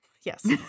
Yes